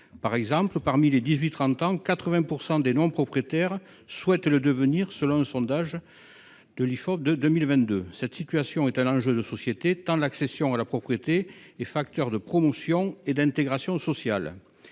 Par exemple, parmi les 18 30 ans, 80 % des non propriétaires souhaitent le devenir, selon un sondage Ifop de 2022. Cette situation est un enjeu de société tant l’accession à la propriété est facteur de promotion et d’intégration sociales.